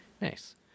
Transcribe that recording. nice